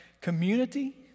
community